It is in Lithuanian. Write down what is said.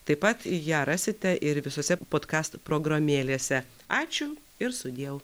taip pat ją rasite ir visose podkast programėlėse ačiū ir sudieu